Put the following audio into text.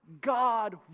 God